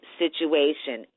situation